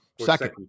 Second